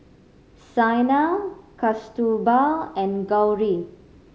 Saina Kasturba and Gauri